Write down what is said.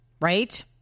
right